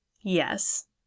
Yes